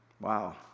Wow